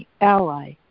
ally